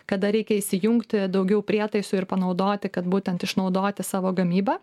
kada reikia įsijungti daugiau prietaisų ir panaudoti kad būtent išnaudoti savo gamybą